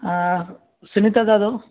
हा सुनीता जाधव